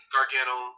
Gargano